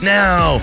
now